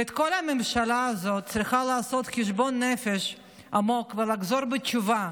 וכל הממשלה הזאת צריכה לעשות חשבון נפש עמוק ולחזור בתשובה,